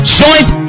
joint